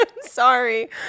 Sorry